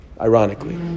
ironically